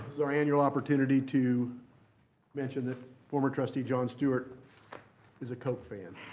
is our annual opportunity to mention that former trustee jon stewart is a coke fan,